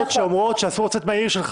שאומרות שאסור לך לצאת מהעיר שלך,